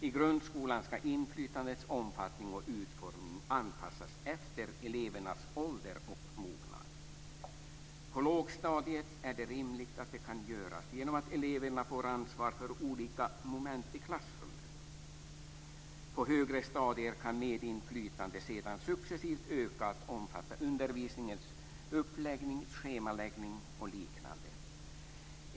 I grundskolan skall inflytandets omfattning och utformning anpassas efter elevernas ålder och mognad. På lågstadiet är det rimligt att det kan göras genom att eleverna får ansvar för olika moment i klassrummet. På högre stadier kan medinflytande sedan successivt öka till att omfatta undervisningens uppläggning, schemaläggning och liknande.